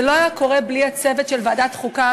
זה לא היה קורה בלי הצוות של ועדת חוקה,